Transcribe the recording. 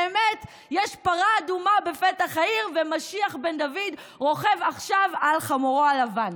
באמת יש פרה אדומה בפתח העיר ומשיח בן דוד רוכב עכשיו על חמורו הלבן.